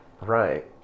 Right